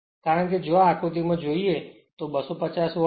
કારણ કે જો આ આકૃતી માં જોઈએ જોઈએ તો આ 250 વોલ્ટ છે